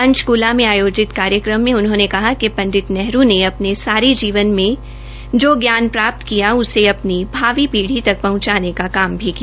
पंचकला में आयोजित कार्यक्रम में उनहोंने कहा कि पंडित नेहरू ने अपने सारे जीवन में जो ज्ञान प्राप्त किया उसे अपनी भावी पीढ़ी तक पहंचाने का काम भी किया